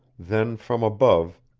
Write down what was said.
then from above,